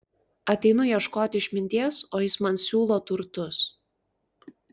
ateinu ieškoti išminties o jis man siūlo turtus